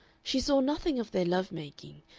she saw nothing of their love-making,